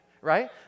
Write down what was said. Right